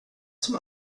zum